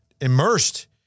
immersed